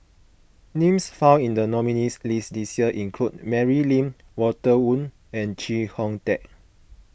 names found in the nominees' list this year include Mary Lim Walter Woon and Chee Hong Tat